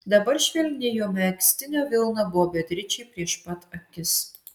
dabar švelni jo megztinio vilna buvo beatričei prieš pat akis